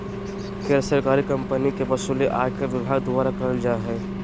गैर सरकारी कम्पनी के वसूली आयकर विभाग द्वारा करल जा हय